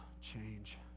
change